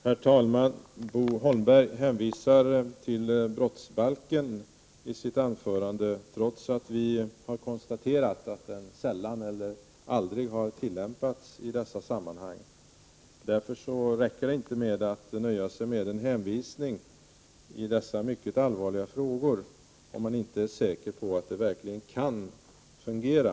Herr talman! I sitt anförande hänvisade Bo Holmberg till brottsbalken, trots att vi har konstaterat att den sällan eller aldrig har tillämpats i dessa sammanhang. Om man inte är säker på att brottsbalken verkligen kan fungera, räcker det inte med en hänvisning i dessa mycket allvarliga frågor.